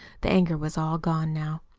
the anger was all gone now.